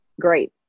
great